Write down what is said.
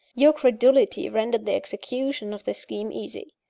your credulity rendered the execution of this scheme easy.